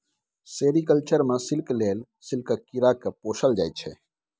sericulture मे silk लेल सिल्कक कीरा केँ पोसल जाइ छै